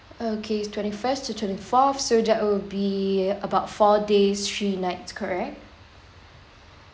okay it's twenty first to twenty fourth so that would be about four days three nights correct